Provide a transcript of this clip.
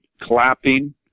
clapping